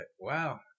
Wow